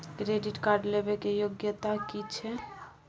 Credit card लेबै के योग्यता कि छै?